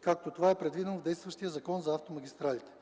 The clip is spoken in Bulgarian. както това е предвидено в действащия закон за автомагистралите.